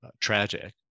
tragic